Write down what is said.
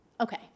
Okay